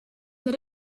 that